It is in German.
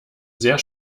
sehr